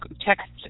text